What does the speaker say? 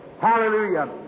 Hallelujah